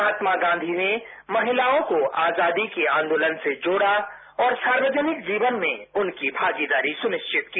महात्मा गांधीने महिलाओं को आजादी के आंदोलन से जोड़ा और सार्वजनिक जीवन में उनकी भागीदारी सुनिरिवतकी